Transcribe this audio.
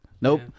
Nope